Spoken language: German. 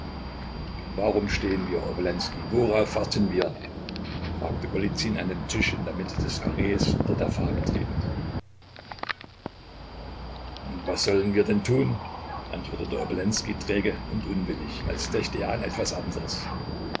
warum stehen wir obolenskij worauf warten wir fragte golizyn an den tisch in der mitte des karrees unter der fahne tretend was sollen wir denn tun antwortete obolenskij träge und unwillig als dächte er an etwas anderes